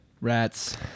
Rats